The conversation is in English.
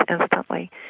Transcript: instantly